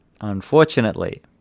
unfortunately